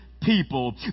people